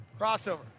Crossover